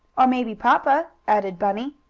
or maybe papa, added bunny.